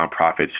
nonprofits